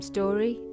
Story